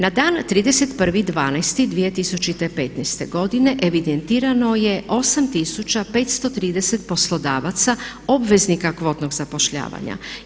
Na dan 31.12.2015. godine evidentirano je 8530 poslodavaca obveznika kvotnog zapošljavanja.